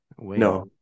No